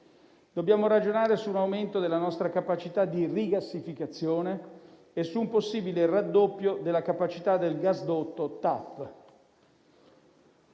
Dobbiamo ragionare su un aumento della nostra capacità di rigassificazione e su un possibile raddoppio della capacità del gasdotto TAP.